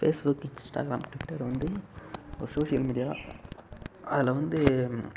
Facebook Instagram Twitter வந்து ஒரு social media அதில் வந்து